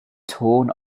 torn